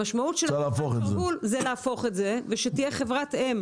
המשמעות של שרוול כפול היא להפוך את זה ושתהיה חברת אם.